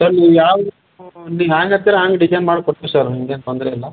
sir ನೀವು ನೀವು ಹೇಗ್ ಹೇಳ್ತೀರ ಹಾಗ್ ಡಿಜೈನ್ ಮಾಡ್ಕೊಡ್ತೀವಿ ಸರ್ ನಮ್ಗೆ ಏನೂ ತೊಂದರೆಯಿಲ್ಲ